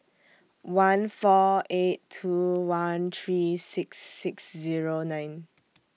one four eight two one three six six Zero nine